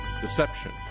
deception